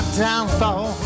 downfall